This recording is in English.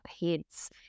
heads